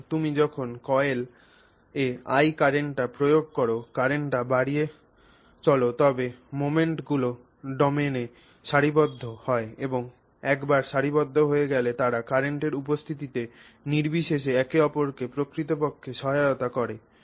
সুতরাং তুমি যখন কয়েলে I কারেন্টটি প্রয়োগ কর কারেন্টটি বাড়িয়ে চল তবে মোমেন্টগুলো ডোমেনে সারিবদ্ধ হয় এবং একবার সারিবদ্ধ হয়ে গেলে তারা কারেন্টের উপস্থিতি নির্বিশেষে একে অপরকে প্রকৃতপক্ষে সহায়তা করে